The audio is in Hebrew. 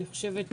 אני חושבת,